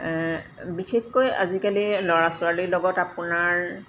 বিশেষকৈ আজিকালি ল'ৰা ছোৱালীৰ লগত আপোনাৰ